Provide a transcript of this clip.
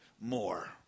more